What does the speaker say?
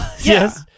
Yes